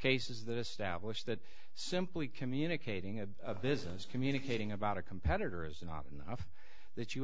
cases that establish that simply communicating a business communicating about a competitor is not enough that you